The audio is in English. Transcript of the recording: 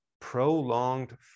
prolonged